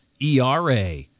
ERA